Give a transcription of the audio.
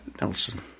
Nelson